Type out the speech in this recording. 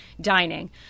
dining